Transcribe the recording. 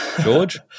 George